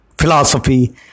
philosophy